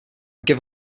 rather